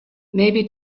maybe